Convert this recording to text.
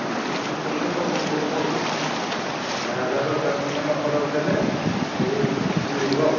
ଆମର ତ ରେ ସବୁ ହେଉଛି ଯାହା ଯାହା ଦରକାର ତୁମେ ଅର୍ଡ଼ର ଦେଲେ ସବୁ ମିଳିଯିବ ଆଉ